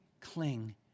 cling